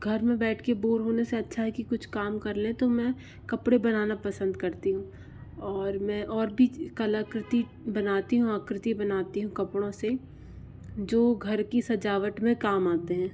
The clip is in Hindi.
घर मे बैठ के बोर होने से अच्छा है कि कुछ काम कर लें तो मैं कपड़े बनाना पसन्द करती हूँ और मैं और भी कलाकृति बनाती हूँ आकृति बनाती हूँ कपड़ों से जो घर की सजावट में काम आते हैं